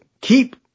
keep